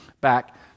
back